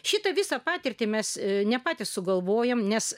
šitą visą patirtį mes ne patys sugalvojame nes